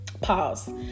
Pause